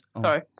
Sorry